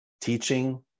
teaching